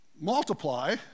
multiply